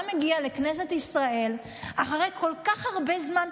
מגיע לכנסת ישראל אחרי כל כך הרבה זמן,